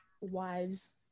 wives